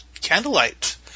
Candlelight